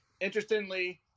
Interestingly